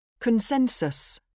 Consensus